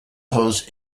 hosts